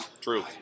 true